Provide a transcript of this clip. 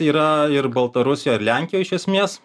yra ir baltarusijoj ir lenkijoj iš esmės